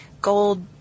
gold